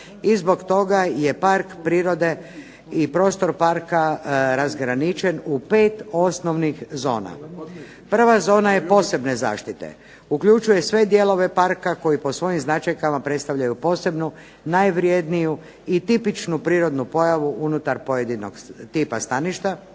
i zbog toga je park prirode i prostor parka razgraničen u 5 osnovnih zona. Prva zona je posebne zaštite. Uključuje sve dijelove parka koji po svojim značajkama predstavljaju posebnu najvredniju i tipičnu prirodnu pojavu unutar pojedinog tipa staništa.